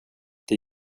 det